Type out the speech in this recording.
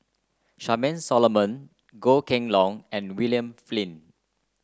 Charmaine Solomon Goh Kheng Long and William Flint